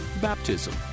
baptism